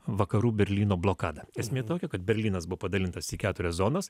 vakarų berlyno blokadą esmė tokia kad berlynas buvo padalintas į keturias zonas